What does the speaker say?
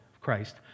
Christ